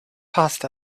passed